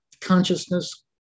consciousness